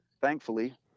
thankfully